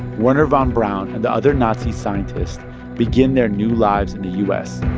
wernher von braun and the other nazi scientists begin their new lives in the u s.